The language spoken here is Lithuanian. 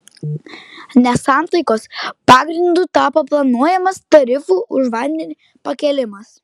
nesantaikos pagrindu tapo planuojamas tarifų už vandenį pakėlimas